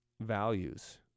values